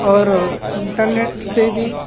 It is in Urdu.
اور انٹرنیٹ سے بھی